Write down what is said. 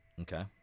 okay